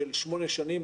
של שמונה שנים,